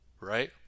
right